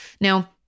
Now